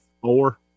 four